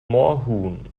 moorhuhn